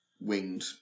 winged